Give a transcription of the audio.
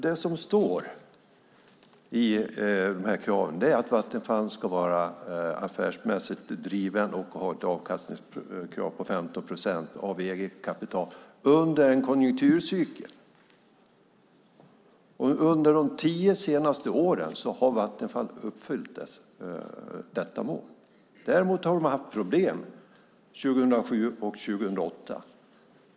Det som står i kraven är att Vattenfall ska vara affärsmässigt drivet och ha ett avkastningskrav på 15 procent av eget kapital under en konjunkturcykel. Under de senaste tio åren har Vattenfall uppfyllt detta mål. Däremot har de haft problem 2007 och 2008.